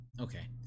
Okay